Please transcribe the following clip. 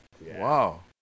Wow